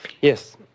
Yes